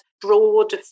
broad